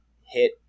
hit